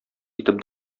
итеп